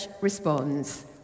responds